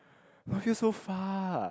[wah] feel so far